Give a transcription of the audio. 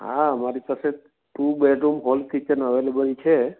હા મારી સાથે two bedroom hall kitchen available છે